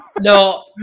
No